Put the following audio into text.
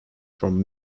from